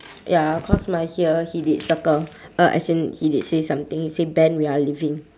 ya cause my here he did circle uh as in he did say something he say ben we are leaving